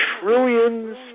trillions